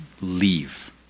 leave